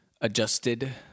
adjusted